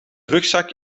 rugzak